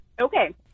Okay